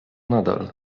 nadal